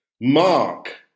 Mark